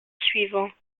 suivants